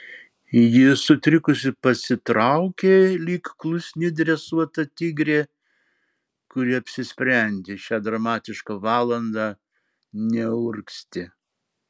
ji sutrikusi pasitraukė lyg klusni dresuota tigrė kuri apsisprendė šią dramatišką valandą neurgzti